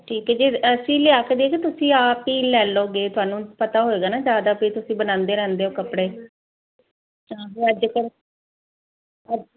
ਠੀਕ ਜੀ ਅਸੀਂ ਲਿਆ ਕੇ ਦੇ ਤੁਸੀਂ ਆਪ ਹੀ ਲੈ ਲੋਗੇ ਤੁਹਾਨੂੰ ਪਤਾ ਹੋਏਗਾ ਨਾ ਜ਼ਿਆਦਾ ਵੀ ਤੁਸੀਂ ਬਣਾਉਂਦੇ ਰਹਿੰਦੇ ਹੋ ਕੱਪੜੇ ਤਾਂ ਫਿਰ ਅੱਜ ਕੱਲ